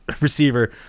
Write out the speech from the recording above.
receiver